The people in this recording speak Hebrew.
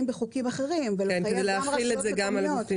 בחוקים אחרים ולחייב גם רשויות מקומיות.